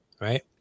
right